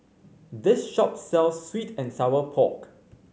this shop sells sweet and Sour Pork